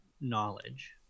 knowledge